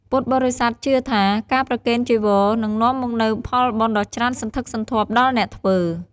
ពុទ្ធបរិស័ទជឿថា ការប្រគេនចីវរ នឹងនាំមកនូវផលបុណ្យដ៏ច្រើនសន្ធឹកសន្ធាប់ដល់អ្នកធ្វើ។